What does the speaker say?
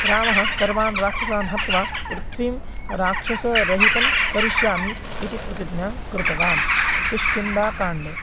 रामः सर्वान् राक्षसान् हत्वा पृथिवीं राक्षसरहितं करिष्यामि इति प्रतिज्ञां कृतवान् किष्किन्धाकाण्डः